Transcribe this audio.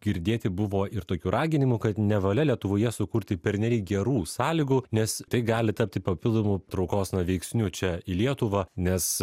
girdėti buvo ir tokių raginimų kad nevalia lietuvoje sukurti pernelyg gerų sąlygų nes tai gali tapti papildomu traukos na veiksniu čia į lietuvą nes